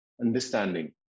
understanding